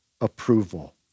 approval